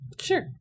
Sure